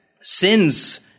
sins